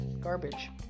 Garbage